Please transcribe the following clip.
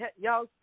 y'all